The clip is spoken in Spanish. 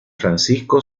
francisco